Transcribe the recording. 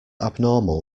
abnormal